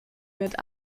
mit